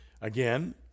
Again